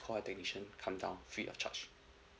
call a technician come down free of charge